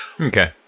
Okay